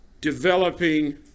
developing